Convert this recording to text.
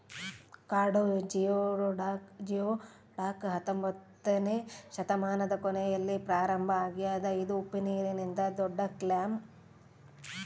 ಕಾಡು ಜಿಯೊಡಕ್ ಹತ್ತೊಂಬೊತ್ನೆ ಶತಮಾನದ ಕೊನೆಯಲ್ಲಿ ಪ್ರಾರಂಭ ಆಗ್ಯದ ಇದು ಉಪ್ಪುನೀರಿನ ದೊಡ್ಡಕ್ಲ್ಯಾಮ್